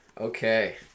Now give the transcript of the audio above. Okay